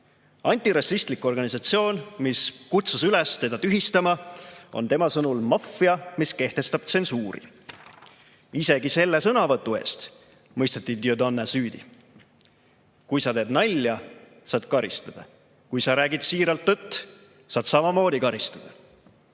Antirassistlik organisatsioon, mis kutsus üles teda tühistama, on tema sõnul maffia, mis kehtestab tsensuuri. Isegi selle sõnavõtu eest mõisteti Dieudonné süüdi. Kui sa teed nalja, saad karistada. Kui sa räägid siiralt tõtt, saad samamoodi karistada.